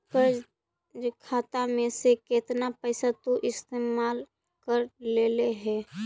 कर्ज खाता में से केतना पैसा तु इस्तेमाल कर लेले हे